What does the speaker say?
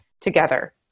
together